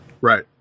Right